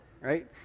right